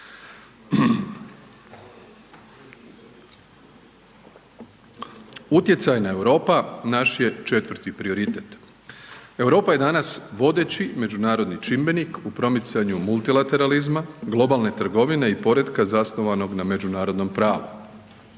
Utjecajna Europa, naš je 4. prioritet. Europa je danas vodeći međunarodni čimbenik u promicanju multilateralizma, globalne trgovine i poretka zasnovanog na međunarodnom pravu.